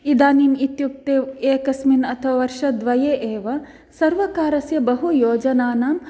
इदानीम् इत्युक्ते एकस्मिन् अथवा वर्षद्वये एव सर्वकारस्य बहु योजनानाम्